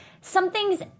something's